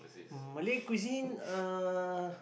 Malay cuisine uh